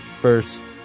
first